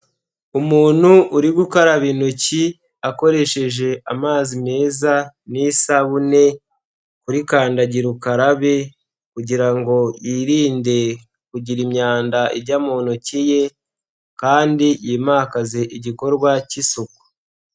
Umuntu uri gukaraba intoki akoresheje amazi meza n'isabune kuri kandagira ukarabe kugira ngo yirinde kugira imyanda ijya mu ntoki ye kandi yimakaze igikorwa cy'isuku.